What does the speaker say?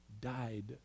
died